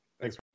Thanks